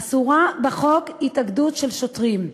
אסורה בחוק התאגדות של שוטרים.